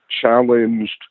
challenged